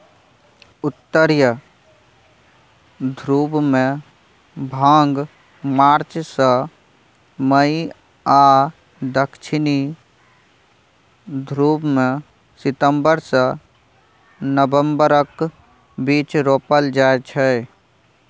उत्तरी ध्रुबमे भांग मार्च सँ मई आ दक्षिणी ध्रुबमे सितंबर सँ नबंबरक बीच रोपल जाइ छै